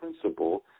principle